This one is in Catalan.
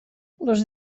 les